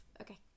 okay